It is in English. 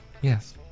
Yes